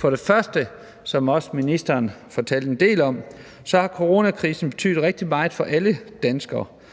Først, som også ministeren fortalte en del om, har coronakrisen betydet rigtig meget for alle danskere